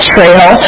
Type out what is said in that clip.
Trail